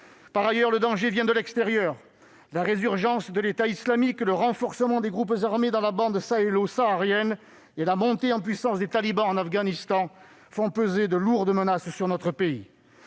Par ailleurs, le danger vient de l'extérieur. La résurgence de l'État islamique, le renforcement des groupes armés dans la bande sahélo-saharienne et la montée en puissance des talibans en Afghanistan font peser de lourdes menaces sur notre pays.